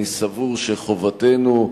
אני סבור שחובתנו,